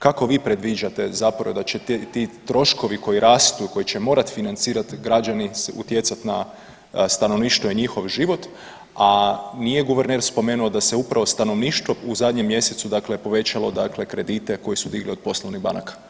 Kako vi predviđate zapravo da će ti troškovi koji rastu, koji će morati financirati građani će utjecati na stanovništvo i njihov život, a nije guverner spomenuo da se upravo stanovništvu u zadnjem mjesecu, dakle, povećalo dakle kredite koje su digli od poslovnih banaka?